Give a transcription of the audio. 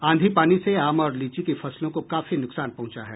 आंधी पानी से आम और लीची की फसलों को काफी नुकसान पहुंचा है